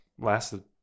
lasted